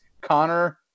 Connor